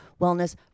Wellness